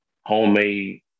homemade